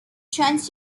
chance